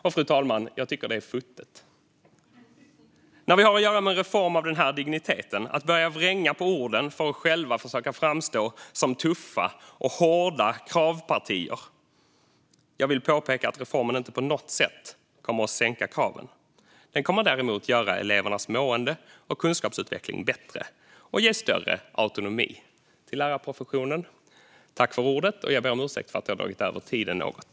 Jag tycker att det är futtigt, fru talman, att när vi har att göra med en reform av den här digniteten börja vränga på orden för att själva försöka framstå som tuffa och hårda kravpartier. Jag vill påpeka att reformen inte på något sätt kommer att sänka kraven. Den kommer däremot att göra elevernas mående och kunskapsutveckling bättre och ge större autonomi till lärarprofessionen. Jag ber om ursäkt för att jag har dragit över talartiden något.